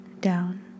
down